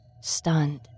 Stunned